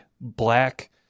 black